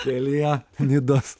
kelyje nidos